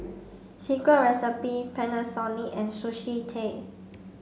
Secret Recipe Panasonic and Sushi Tei